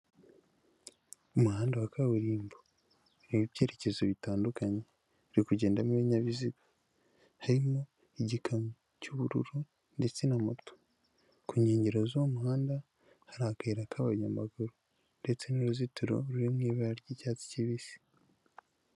Umuhanda wa kaburimbo hariba byerekezo bitandukanye byo kugendamo ibinyabiziga harimo igikamyo cy'ubururu ndetse na moto ku nkengero z'umuhanda hari akayira k'abanyamaguru ndetse n'uruzitiro ruri m'ibara ry'icyatsi kibisi.